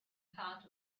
part